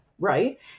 right